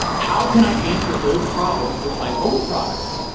how can i answer those problems with my own products?